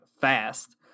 fast